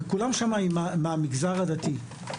כולם שם מהמגזר הדתי.